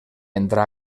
entrà